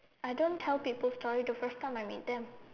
I don't tell people story the first time I meet them